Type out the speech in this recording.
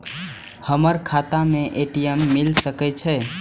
हमर खाता में ए.टी.एम मिल सके छै?